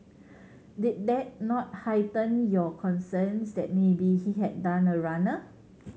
did that not heighten your concerns that maybe he had done a runner